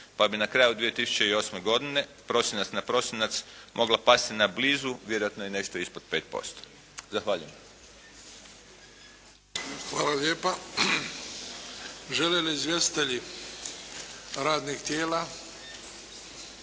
Pa bi na kraju 2008. godine na prosinac mogla pasti na blizu, vjerojatno i nešto ispod 5%. Zahvaljujem. **Bebić, Luka (HDZ)** Hvala lijepa. Žele li izvjestitelji radnih tijela?